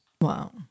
Wow